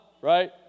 Right